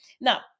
Now